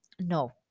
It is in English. no